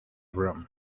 room